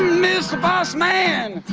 mister boss man,